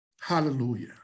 Hallelujah